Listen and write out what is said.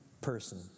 person